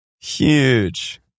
Huge